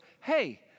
hey